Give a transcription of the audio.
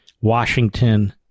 Washington